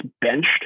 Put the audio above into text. benched